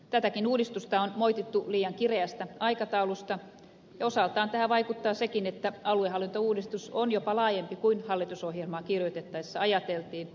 tätäkin uudistusta on moitittu liian kireästä aikataulusta ja osaltaan tähän vaikuttaa sekin että aluehallintouudistus on jopa laajempi kuin hallitusohjelmaa kirjoitettaessa ajateltiin